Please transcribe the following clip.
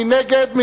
מי נגד?